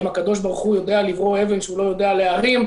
האם הקדוש ברוך הוא יודע לברוא אבן שהוא לא יודע להרים,